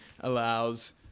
allows